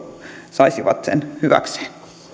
saisivat sen hyväkseen